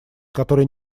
который